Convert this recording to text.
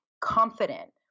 confident